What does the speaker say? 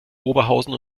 oberhausen